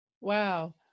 Wow